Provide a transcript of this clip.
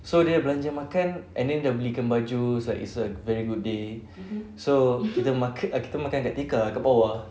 so dia belanja makan and then dah belikan baju like it's a very good day so ki~ kita makan kat tekka kat bawah